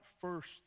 first